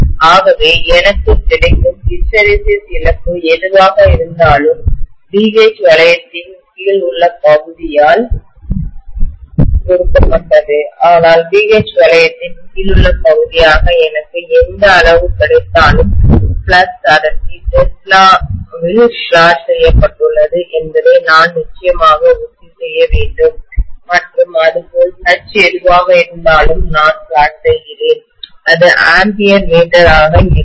ஆகவே எனக்குக் கிடைக்கும் ஹிஸ்டெரெசிஸ் இழப்பு எதுவாக இருந்தாலும் BH வளையத்தின் கீழ் உள்ள பகுதியால் கொடுக்கப்பட்டது ஆனால் BH வளையத்தின் கீழுள்ள பகுதியாக எனக்கு எந்த அளவு கிடைத்தாலும் ஃப்ளக்ஸ் அடர்த்தி டெஸ்லா வில் பிளாட் செய்யப்பட்டுள்ளது என்பதை நான் நிச்சயமாக உறுதி செய்ய வேண்டும் மற்றும் அதுபோல் H எதுவாக இருந்தாலும் நான் பிளாட் செய்கிறேன் அது ஆம்பியர் மீட்டர் Am ஆக இருக்கும்